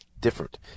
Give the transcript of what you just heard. different